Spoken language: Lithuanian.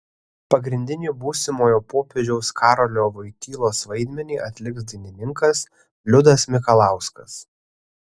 pagrindinį būsimojo popiežiaus karolio vojtylos vaidmenį atliks dainininkas liudas mikalauskas